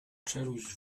czeluść